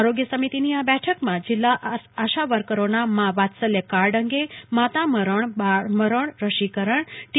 આરોગ્ય સમિતિની આ બેઠકમાં જીલ્લામાં આશાવર્કરોના માં વાત્સલ્યકાર્ડ અંગે માતામરણ બાળમરણ રસીકરણ ટી